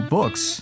Books